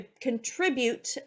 contribute